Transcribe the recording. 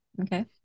okay